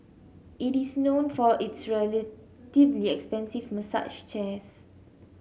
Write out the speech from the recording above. it is known for its relatively expensive massage chairs